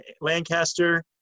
lancaster